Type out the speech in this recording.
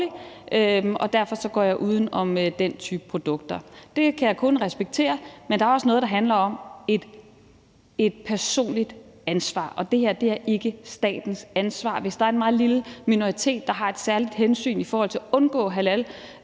og derfor går jeg uden om den type produkter. Det kan jeg kun respektere. Men der er også noget, der handler om et personligt ansvar, og det her er ikke statens ansvar. Hvis der er en meget lille minoritet, der har et særligt hensyn i forhold til at undgå